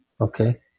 Okay